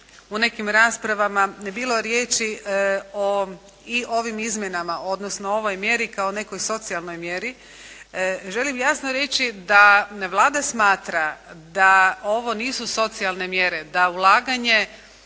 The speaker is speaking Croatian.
u nekim raspravama bilo riječi o, i ovim izmjenama odnosno ovoj mjeri kao nekoj socijalnoj mjeri želim jasno reći da Vlada smatra da ovo nisu socijalne mjere. Da ulaganje